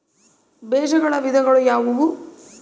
ಬೇಜಗಳ ವಿಧಗಳು ಯಾವುವು?